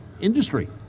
industry